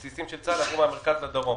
הבסיסים של צה"ל עוברים מהמרכז לדרום.